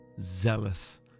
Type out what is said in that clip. zealous